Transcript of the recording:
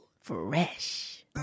Fresh